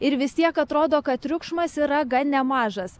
ir vis tiek atrodo kad triukšmas yra gan nemažas